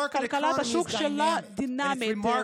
כלכלת השוק שלה דינמית,